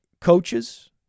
coaches